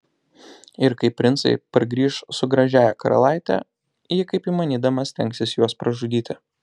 ir kai princai pargrįš su gražiąja karalaite ji kaip įmanydama stengsis juos pražudyti